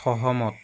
সহমত